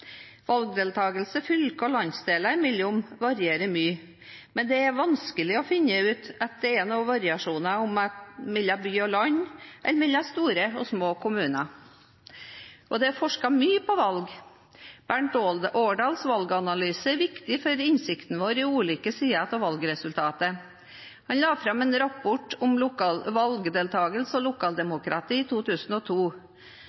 fylker og landsdeler imellom varierer mye, men det er vanskelig å finne ut om det er noen variasjoner mellom by og land eller mellom store og små kommuner. Det er forsket mye på valg. Bernt Aardals valganalyser er viktige for vår innsikt i ulike sider ved valgresultatet. Han la fram en rapport om valgdeltakelse og lokaldemokrati i 2002.